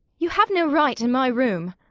you have no right in my room.